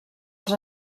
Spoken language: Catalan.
els